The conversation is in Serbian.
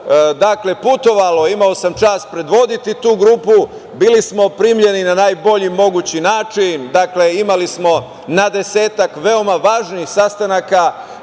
Katarom putovalo, imao sam čast predvoditi tu grupu, bili smo primljeni na najbolji mogući način, imali smo na desetak veoma važnih sastanaka